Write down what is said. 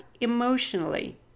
emotionally